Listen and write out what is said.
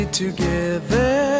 together